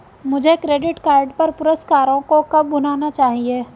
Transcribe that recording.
मुझे credit card पर पुरस्कारों को कब भुनाना चाहिए?